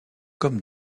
comme